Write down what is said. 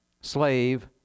slave